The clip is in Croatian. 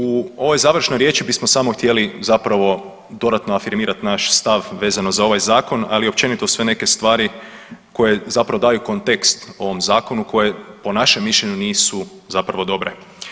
U ovoj završnoj riječi bismo samo htjeli zapravo dodatno afirmirati naš stav vezano za ovaj zakon, ali općenito sve neke stvari koje zapravo daju kontekst ovom zakonu koje po našem mišljenju nisu zapravo dobre.